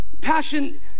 passion